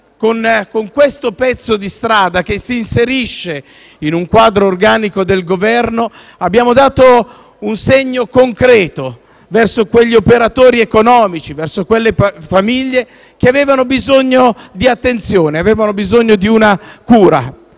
con questo pezzo di strada, che si inserisce in un quadro organico del Governo, abbiamo dato un segno concreto verso quegli operatori economici, verso quelle famiglie che avevano bisogno di attenzione e avevano